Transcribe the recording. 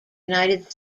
united